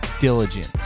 diligence